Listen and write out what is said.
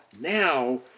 now